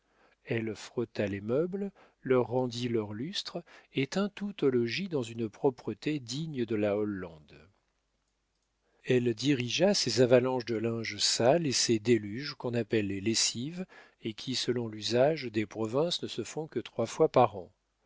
elle frotta les meubles leur rendit leur lustre et tint tout au logis dans une propreté digne de la hollande elle dirigea ces avalanches de linge sale et ces déluges qu'on appelle les lessives et qui selon l'usage des provinces ne se font que trois fois par an